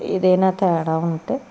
ఏదైనా తేడా ఉంటే